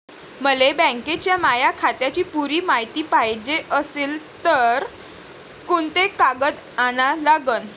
मले बँकेच्या माया खात्याची पुरी मायती पायजे अशील तर कुंते कागद अन लागन?